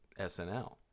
SNL